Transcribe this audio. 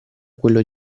quello